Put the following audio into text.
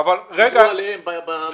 אמרתי את זה בהומור.